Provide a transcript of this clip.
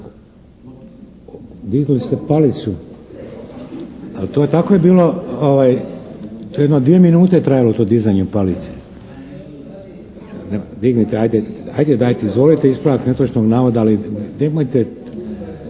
Digli ste palicu. To je jedno dvije minute trajalo to dizanje palice. Dignite hajde. Hajde dajte. Izvolite ispravak netočnog navoda ali nemojte.